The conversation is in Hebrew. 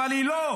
אבל היא לא,